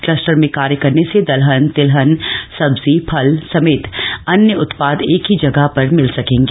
cluster में कार्य करने से दलहन तिलहन सब्जी फल समेत अन्य उत्पाद एक ही जगह पर मिल सकेंगे